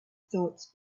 thoughts